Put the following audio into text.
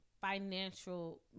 financial